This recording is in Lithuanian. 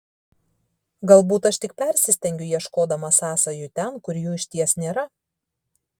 galbūt aš tik persistengiu ieškodama sąsajų ten kur jų išties nėra